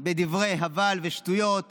בדברי הבל ושטויות